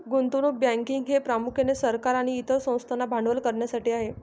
गुंतवणूक बँकिंग हे प्रामुख्याने सरकार आणि इतर संस्थांना भांडवल करण्यासाठी आहे